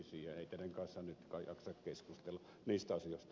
ei teidän kanssanne nyt kai jaksa keskustella niistä asioista